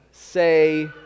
Say